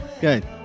Good